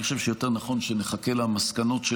אני חושב שיותר נכון שנחכה למסקנות.